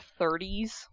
30s